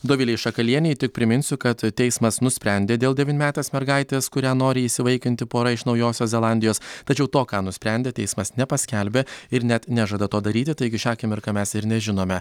dovilei šakalienei tik priminsiu kad teismas nusprendė dėl devynmetės mergaitės kurią nori įsivaikinti pora iš naujosios zelandijos tačiau to ką nusprendė teismas nepaskelbė ir net nežada to daryti taigi šią akimirką mes ir nežinome